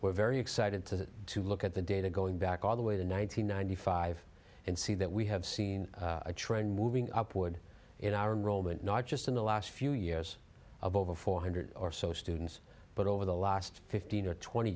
we're very excited to to look at the data going back all the way to nine hundred ninety five and see that we have seen a trend moving upward in our in rome and not just in the last few years of over four hundred or so students but over the last fifteen or twenty